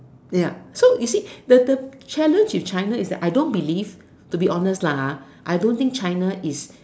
ya so you see the the challenge with China is I don't believe to be honest lah I don't think China is